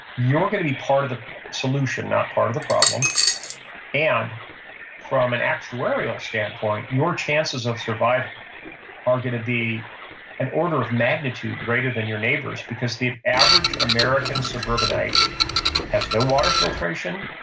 you're going to be part of the solution, not part of the problem and from an actuarial standpoint, your chances of survival are going to be an order of magnitude greater than your neighbor's because the average american suburbanite has no water filtration,